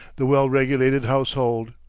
the well-regulated household,